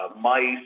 mice